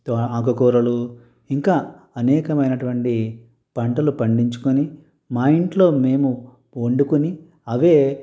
తొ ఆకుకూరలు ఇంకా అనేకమైనటువంటి పంటలు పండించుకొని మా ఇంట్లో మేము వండుకొని అవే